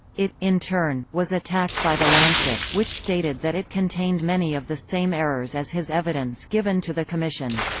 it, in turn, was attacked by the lancet, which stated that it contained many of the same errors as his evidence given to the commission.